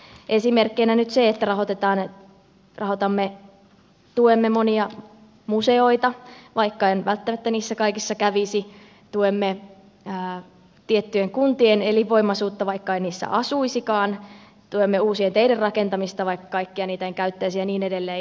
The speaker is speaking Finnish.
esimerkkeinä olkoon nyt että tuemme monia museoita vaikka en välttämättä niissä kaikissa kävisi tuemme tiettyjen kuntien elinvoimaisuutta vaikka en niissä asuisikaan tuemme uusien teiden rakentamista vaikka kaikkia niitä en käyttäisi ja niin edelleen